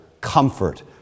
comfort